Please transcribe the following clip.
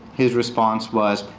his response was,